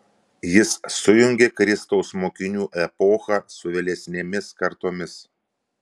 jis sujungė kristaus mokinių epochą su vėlesnėmis kartomis